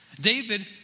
David